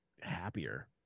happier